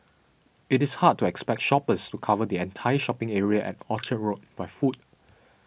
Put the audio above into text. it is hard to expect shoppers to cover the entire shopping area at Orchard Road by foot